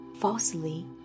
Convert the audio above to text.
falsely